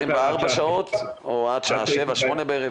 24 שעות או עד שעה 19:00, 20:00?